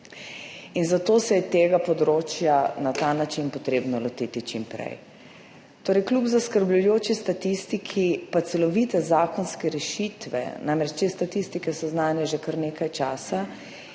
in zato se je tega področja na ta način treba lotiti čim prej. Kljub zaskrbljujoči statistiki pa celovite zakonske rešitve, namreč te statistike so znane že kar nekaj časa,